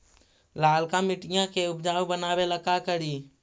लालका मिट्टियां के उपजाऊ बनावे ला का करी?